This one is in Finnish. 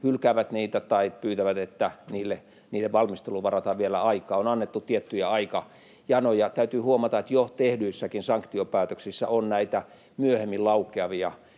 hylkäävät niitä tai pyytävät, että niiden valmisteluun varataan vielä niille aikaa. On annettu tiettyjä aikajanoja. Täytyy huomata, että jo tehdyissäkin sanktiopäätöksissä on näitä myöhemmin laukeavia